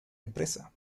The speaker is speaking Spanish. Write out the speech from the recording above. empresa